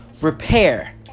Repair